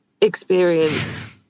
experience